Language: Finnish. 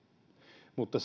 mutta